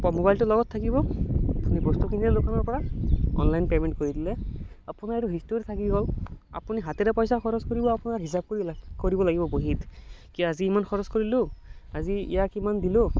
মোবাইলটো লগত থাকিলে অনলাইন পেমেণ্ট কৰি দিলে আপোনাৰ এইটো হিষ্টৰিও থাকি গ'ল আপুনি হাতেৰে পইচা খৰচ কৰিব আপোনাৰ হিচাপ কৰিব লাগিব বহিত কি আজি ইমান খৰচ কৰিলোঁ আজি ইয়াক ইমান দিলোঁ